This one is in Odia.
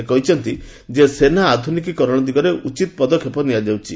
ସେ କହିଛନ୍ତି ଯେ ସେନା ଆଧୁନିକିକରଣ ଦିଗରେ ଉଚିତ୍ ପଦକ୍ଷେପ ନିଆଯାଉଛି